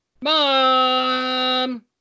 mom